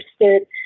interested